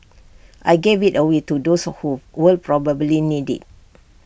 I gave IT away to those who will probably need IT